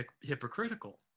hypocritical